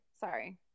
Sorry